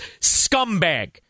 scumbag